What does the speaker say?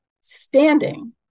standing